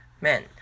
men